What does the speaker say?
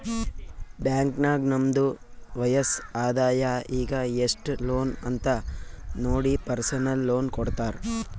bank ನಾಗ್ ನಮ್ದು ವಯಸ್ಸ್, ಆದಾಯ ಈಗ ಎಸ್ಟ್ ಲೋನ್ ಅಂತ್ ನೋಡಿ ಪರ್ಸನಲ್ ಲೋನ್ ಕೊಡ್ತಾರ್